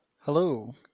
Hello